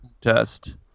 test